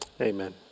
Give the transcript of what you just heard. Amen